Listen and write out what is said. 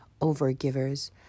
overgivers